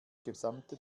gesamte